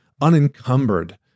unencumbered